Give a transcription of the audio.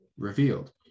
revealed